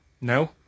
No